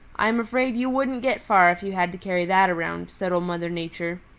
i am afraid you wouldn't get far if you had to carry that around, said old mother nature.